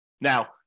Now